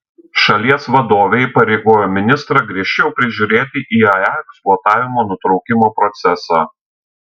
šalies vadovė įpareigojo ministrą griežčiau prižiūrėti iae eksploatavimo nutraukimo procesą